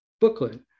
booklet